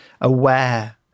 aware